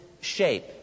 shape